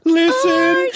listen